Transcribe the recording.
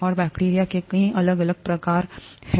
और बैक्टीरिया के कई अलग अलग प्रकार प्रकार हैं